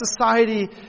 society